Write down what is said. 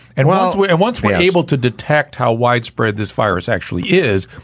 and while we're at once we're able to detect how widespread this virus actually is,